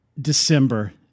December